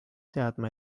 teadma